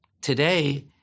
Today